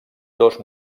dos